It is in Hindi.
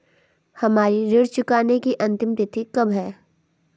हमारी ऋण चुकाने की अंतिम तिथि कब है?